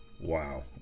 Wow